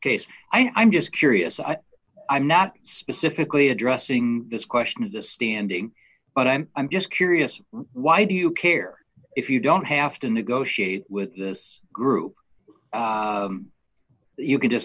case i'm just curious i m not specifically addressing this question of the standing but i'm i'm just curious why do you care if you don't have to negotiate with this group you can just